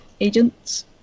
agents